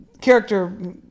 character